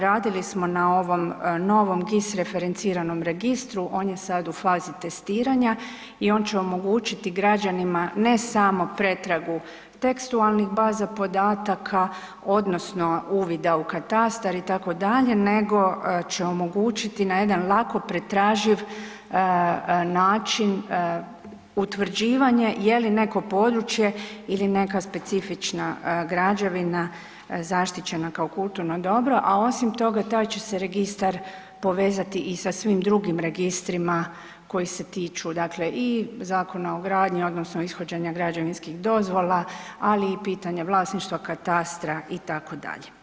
Radili smo na ovom novom GIS referenciranom registru, on je sad u fazi testiranja i on će omogućiti građanima ne samo pretragu tekstualnih baza podataka odnosno uvida u katastar itd., nego će omogućiti na jedan lako pretraživ način utvrđivanje je li neko područje ili neka specifična građevina zaštićena kao kulturno dobro, a osim toga taj će se registar povezati i sa svim drugim registrima koji se tiču, dakle i Zakona o gradnji odnosno ishođenja građevinskih dozvola, ali i pitanja vlasništva katastra itd.